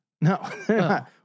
No